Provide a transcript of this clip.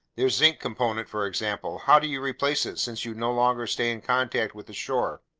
their zinc component, for example how do you replace it, since you no longer stay in contact with the shore?